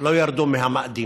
לא ירדו מהמאדים.